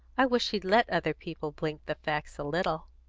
i wish he'd let other people blink the facts a little.